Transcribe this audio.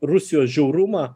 rusijos žiaurumą